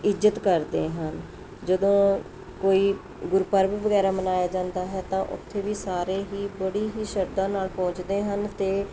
ਇੱਜ਼ਤ ਕਰਦੇ ਹਨ ਜਦੋਂ ਕੋਈ ਗੁਰਪਰਬ ਵਗੈਰਾ ਮਨਾਇਆ ਜਾਂਦਾ ਹੈ ਤਾਂ ਉੱਥੇ ਵੀ ਸਾਰੇ ਹੀ ਬੜੀ ਹੀ ਸ਼ਰਧਾ ਨਾਲ਼ ਪਹੁੰਚਦੇ ਹਨ ਅਤੇ